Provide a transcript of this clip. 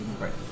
Right